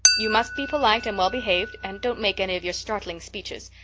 you must be polite and well behaved, and don't make any of your startling speeches.